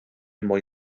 mwy